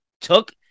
took